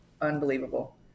unbelievable